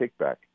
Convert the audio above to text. kickback